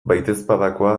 baitezpadakoa